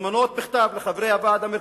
הזמנות בכתב לחברי הוועד המרכזי,